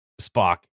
spock